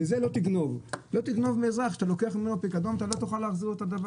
לא תגנוב מאזרח שאתה לוקח ממנו פיקדון ולא תוכל להחזיר לו אותו.